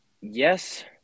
Yes